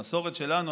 המסורת שלנו,